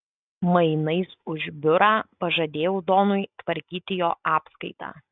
mainais už biurą pažadėjau donui tvarkyti jo apskaitą